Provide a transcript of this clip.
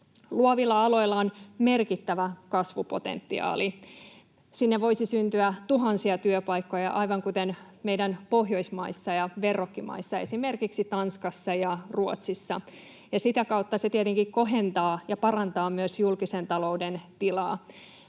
Luovilla aloilla on merkittävä kasvupotentiaali. Sinne voisi syntyä tuhansia työpaikkoja aivan kuten Pohjoismaissa ja meidän verrokkimaissa, esimerkiksi Tanskassa ja Ruotsissa, ja sitä kautta se tietenkin kohentaa ja parantaa myös julkisen talouden tilaa.